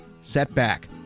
setback